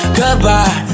goodbye